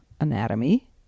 anatomy